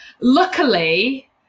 luckily